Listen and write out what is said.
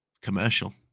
commercial